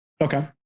Okay